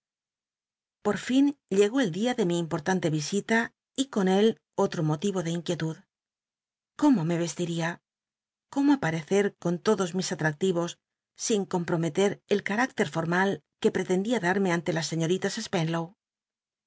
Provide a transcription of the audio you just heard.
por fin llegó el dia de mi importante yisita y con él ollo motho de inquietud cómo me veslil'ia cómo aparccer con lodos mis atractivos sin comprometet el carácter formal que pretendía darme ante las seííoritas spenlow